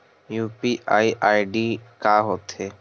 UPI ID का होथे?